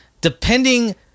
depending